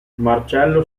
marcello